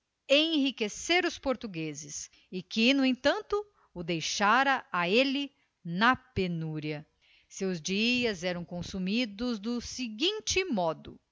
enriquecer os portugueses e que no entanto o deixara a ele na penúria seus dias eram consumidos do seguinte modo